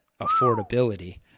affordability